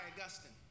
Augustine